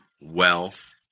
wealth